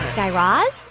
guy raz,